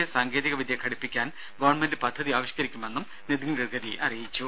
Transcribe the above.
S സാങ്കേതിക വിദ്യ ഘടിപ്പിക്കാൻ ഗവൺമെന്റ് പദ്ധതി ആവിഷ്കരിക്കുമെന്നും അദ്ദേഹം അറിയിച്ചു